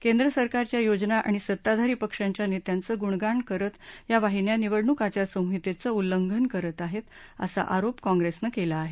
केंद्र सरकारच्या योजना आणि सत्ताधारी पक्षाच्या नेत्यांचं गूणगान करत या वाहिन्या निवडणूक आचार संहितेचं उल्लंघन करत आहेत असा आरोप काँप्रेसनं केला आहे